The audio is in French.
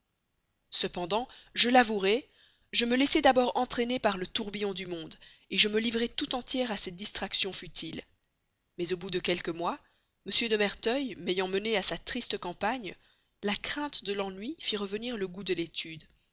cependant je l'avouerai je me laissai d'abord entraîner par le tourbillon du monde me livrai toute entière à ses distractions futiles mais au bout de quelques mois m de merteuil m'ayant menée à sa triste campagne la crainte de l'ennui fit revenir le goût de l'étude